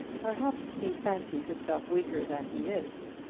perhaps he fancies himself weaker than he is.